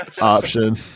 option